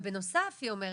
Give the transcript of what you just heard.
בנוסף היא אומרת,